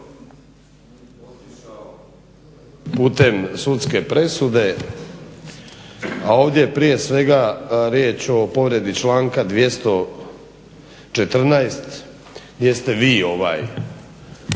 putem sudske presude, a ovdje je prije svega riječ o povredi članka 214. gdje ste vi